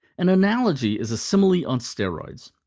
an analogy is a simile on steroids.